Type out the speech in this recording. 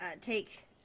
take